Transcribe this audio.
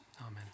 amen